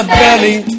belly